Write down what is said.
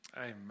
Amen